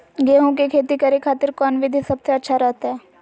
गेहूं के खेती करे खातिर कौन विधि सबसे अच्छा रहतय?